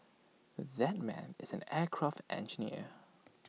that man is an aircraft engineer